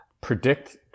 predict